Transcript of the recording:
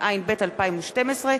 התשע"ב 2012,